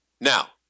Now